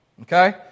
Okay